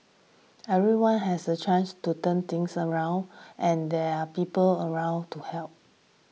everyone has a chance to turn things around and there are people around to help